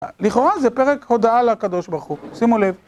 לכאורה זה פרק הודאה לקדוש ברוך הוא, שימו לב...